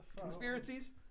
conspiracies